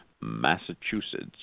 Massachusetts